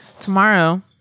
Tomorrow